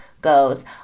goes